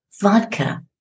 vodka